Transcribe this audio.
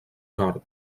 nord